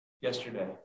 yesterday